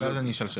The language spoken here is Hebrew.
ואני אשאל שאלות.